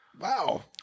Wow